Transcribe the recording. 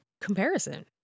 comparison